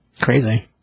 Crazy